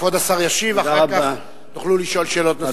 כבוד השר ישיב, ואחר כך תוכלו לשאול שאלות נוספות.